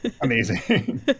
amazing